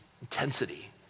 intensity